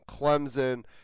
Clemson